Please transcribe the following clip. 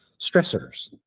stressors